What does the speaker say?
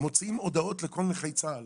אנחנו מוציאים הודעות לכל נכי צה"ל